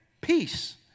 peace